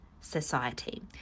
society